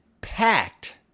packed